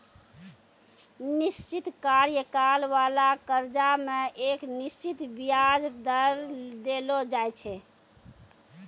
निश्चित कार्यकाल बाला कर्जा मे एक निश्चित बियाज दर देलो जाय छै